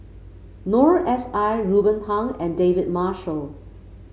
Noor S I Ruben Pang and David Marshall